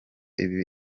ibi